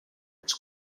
its